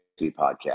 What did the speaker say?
podcast